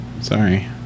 sorry